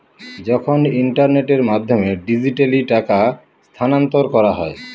যখন ইন্টারনেটের মাধ্যমে ডিজিট্যালি টাকা স্থানান্তর করা হয়